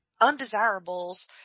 undesirables